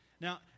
Now